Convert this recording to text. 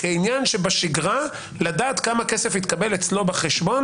כעניין שבשגרה, לדעת כמה כסף התקבל אצלו בחשבון